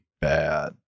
bad